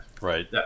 Right